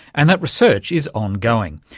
and that research is ongoing.